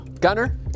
Gunner